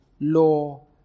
law